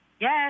Yes